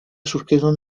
surgieron